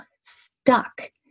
stuck